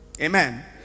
Amen